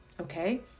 Okay